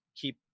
keep